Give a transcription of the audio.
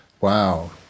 Wow